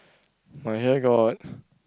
my here got